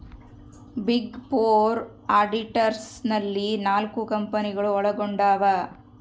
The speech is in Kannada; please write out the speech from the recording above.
ಬಿಗ್ ಫೋರ್ ಆಡಿಟರ್ಸ್ ನಲ್ಲಿ ನಾಲ್ಕು ಕಂಪನಿಗಳು ಒಳಗೊಂಡಿವ